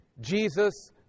Jesus